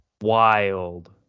wild